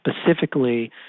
specifically